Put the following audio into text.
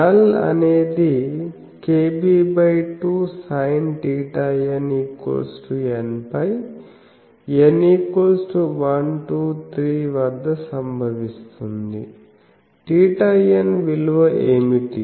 null అనేది kb2sinθnnπn123 వద్ద సంభవిస్తుంది θn విలువ ఏమిటి